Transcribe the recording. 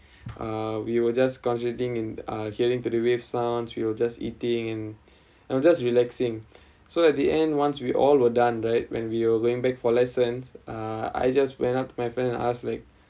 uh we were just concentrating in uh hearing to the wave sounds we were just eating and and we just relaxing so at the end once we all were done right when we were going back for lessons uh I just went up my friend asked like